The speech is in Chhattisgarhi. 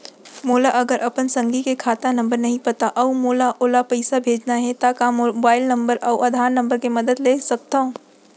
मोला अगर अपन संगी के खाता नंबर नहीं पता अऊ मोला ओला पइसा भेजना हे ता का मोबाईल नंबर अऊ आधार नंबर के मदद ले सकथव?